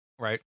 Right